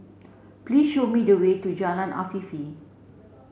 please show me the way to Jalan Afifi